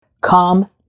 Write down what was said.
Come